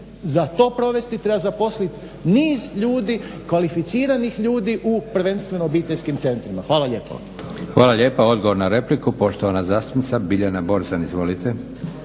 za to provesti treba zaposliti niz ljudi, kvalificiranih ljudi u prvenstveno obiteljskim centrima. Hvala lijepa.